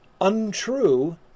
untrue